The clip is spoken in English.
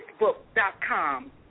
facebook.com